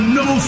no